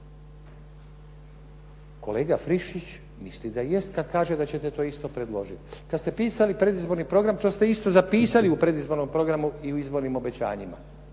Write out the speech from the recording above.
Kolega Friščić misli da jest kada kaže da ćete to isto predložiti. Kada ste pisali predizborni program to ste isto zapisali u predizbornom programu i izbornim obećanjima.